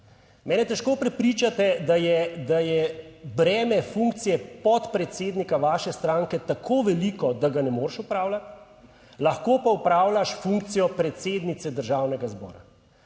Mene težko prepričate, da je, da je breme funkcije podpredsednika vaše stranke tako veliko, da ga ne moreš opravljati, lahko pa opravljaš funkcijo predsednice Državnega zbora.